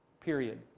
period